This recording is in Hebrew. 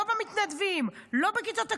לא במתנדבים, לא בכיתות הכוננות,